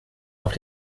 auf